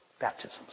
baptisms